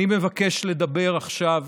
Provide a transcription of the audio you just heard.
אני מבקש לדבר עכשיו